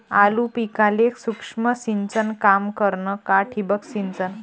आलू पिकाले सूक्ष्म सिंचन काम करन का ठिबक सिंचन?